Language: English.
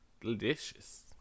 delicious